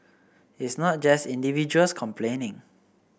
it's not just individuals complaining